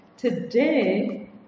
Today